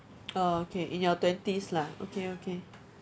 uh okay in your twenties lah okay okay